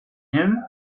him